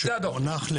שהונח,